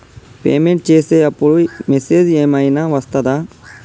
Payment చేసే అప్పుడు message ఏం ఐనా వస్తదా?